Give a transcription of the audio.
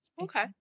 Okay